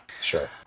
Sure